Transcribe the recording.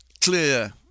clear